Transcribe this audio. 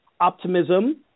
optimism